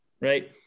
right